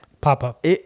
pop-up